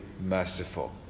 merciful